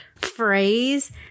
phrase